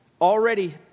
already